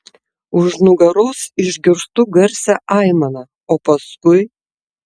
už nugaros išgirstu garsią aimaną o paskui